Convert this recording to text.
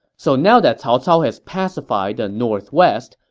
so now that cao cao has pacified the northwest,